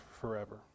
forever